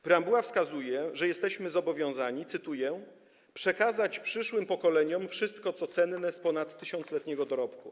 Preambuła wskazuje, że jesteśmy zobowiązani, cytuję: przekazać przyszłym pokoleniom wszystko, co cenne z ponad tysiącletniego dorobku.